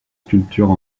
sculptures